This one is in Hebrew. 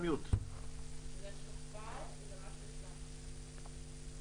את תיירות החוץ וגם את תיירות הפנים.